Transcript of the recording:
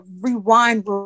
rewind